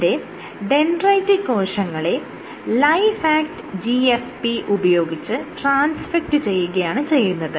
ഇവിടെ ഡെൻഡ്രൈറ്റിക് കോശങ്ങളെ Lifeact GFP ഉപയോഗിച്ച് ട്രാൻസ്ഫെക്ട് ചെയ്യുകയാണ് ചെയ്യുന്നത്